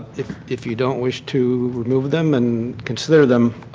if if you don't wish to remove them and consider them